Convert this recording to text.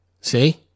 see